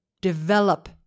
develop